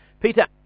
Peter